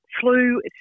flu